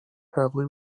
heavily